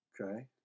Okay